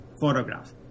photograph